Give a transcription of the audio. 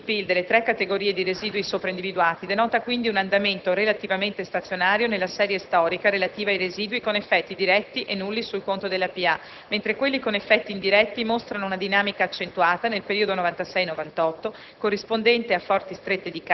L'analisi dell'incidenza sul prodotto interno lordo delle tre categorie di residui sopra individuate denota quindi un andamento relativamente stazionario nella serie storica relativa ai residui con effetti diretti e nulli sul conto della pubblica amministrazione, mentre quelli con effetti indiretti mostrano una dinamica accentuata nel periodo (1996-1998)